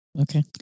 Okay